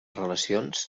relacions